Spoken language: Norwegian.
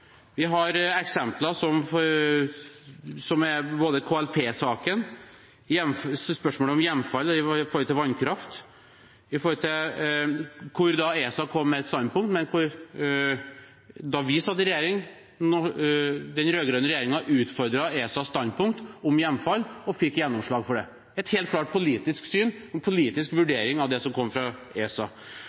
Vi har eksempler som KLP-saken, spørsmålet om hjemfall når det gjelder vannkraft, der ESA kom med et standpunkt da vi satt i regjering, og den rød-grønne regjeringen utfordret ESAs standpunkt om hjemfall og fikk gjennomslag – helt klart et politisk syn, en politisk vurdering av det som kom fra ESA.